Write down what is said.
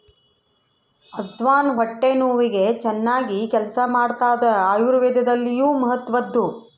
ಅಜ್ವಾನ ಹೊಟ್ಟೆ ನೋವಿಗೆ ಚನ್ನಾಗಿ ಕೆಲಸ ಮಾಡ್ತಾದ ಆಯುರ್ವೇದದಲ್ಲಿಯೂ ಮಹತ್ವದ್ದು